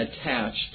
attached